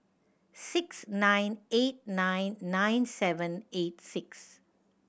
six nine eight nine nine seven eight six